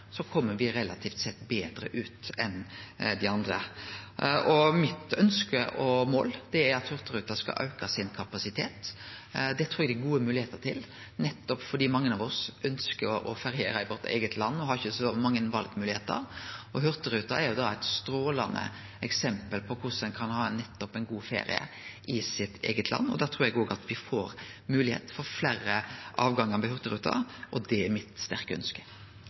enn dei andre. Mitt ønske og mål er at Hurtigruten skal auke sin kapasitet. Det trur eg dei har gode moglegheiter til, nettopp fordi mange av oss ønskjer å feriere i vårt eige land, og vi har ikkje så mange valmoglegheiter. Hurtigruta er eit strålande eksempel på korleis ein kan ha ein god ferie i sitt eige land, og da trur eg òg at me får moglegheit for fleire avgangar med hurtigruta. Det er mitt sterke ønske.